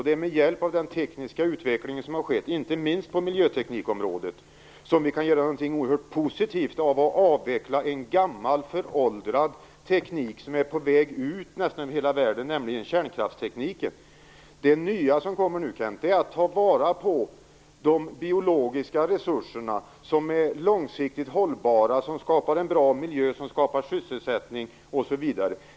Det är med hjälp av den tekniska utveckling som har skett, inte minst på miljöteknikområdet, som vi kan göra något mycket positivt av att avveckla en gammal föråldrad teknik som är på väg ut nästan över hela världen, nämligen kärnkraftstekniken. Det nya som kommer nu, Kent Olsson, är att ta vara på de biologiska resurser som är långsiktigt hållbara, som skapar en bra miljö, sysselsättning osv.